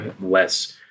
less